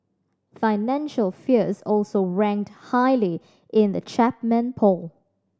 financial fears also ranked highly in the Chapman poll